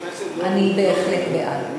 אני בהחלט בעד.